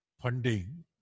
funding